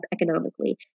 economically